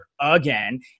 again